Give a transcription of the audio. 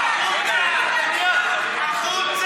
(חברת הכנסת חנין זועבי יוצאת מאולם המליאה.) החוצה,